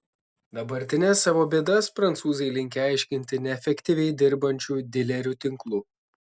dabartines savo bėdas prancūzai linkę aiškinti neefektyviai dirbančiu dilerių tinklu